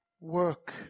work